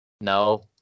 No